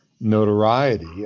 notoriety